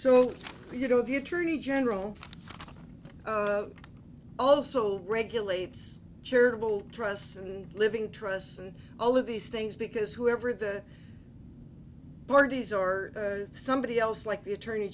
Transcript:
so you know the attorney general also regulates charitable trusts and living trusts and all of these things because whoever the board is or somebody else like the attorney